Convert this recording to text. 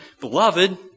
Beloved